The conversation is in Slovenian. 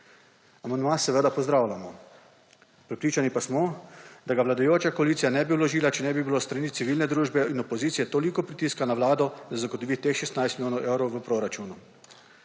Amandma seveda pozdravljamo. Prepričani pa smo, da ga vladajoča koalicija ne bi vložila, če ne bi bilo s strani civilne družbe in opozicije toliko pritiska na Vlado, da zagotovi teh 16 milijonov evrov v proračunu.